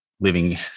living